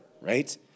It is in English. right